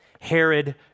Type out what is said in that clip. Herod